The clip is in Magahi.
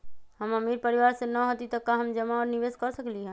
हम अमीर परिवार से न हती त का हम जमा और निवेस कर सकली ह?